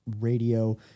radio